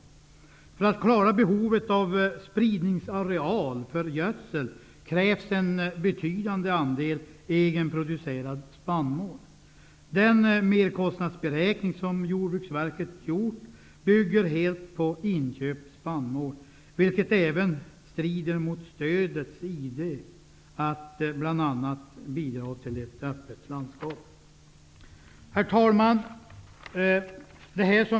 För att klara behovet av spridningsareal för gödsel krävs en betydande andel egenproducerad spannmål. Den merkostnadberäkning som Jordbruksverket har gjort bygger helt på inköpt spannmål, vilket även strider mot stödets idé att bl.a. bidra till ett öppet landskap. Herr talman!